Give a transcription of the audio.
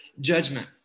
judgment